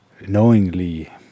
knowingly